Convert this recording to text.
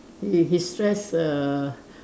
you his stress err